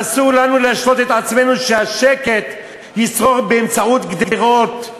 אסור לנו להשלות את עצמנו שהשקט ישרוד באמצעות גדרות,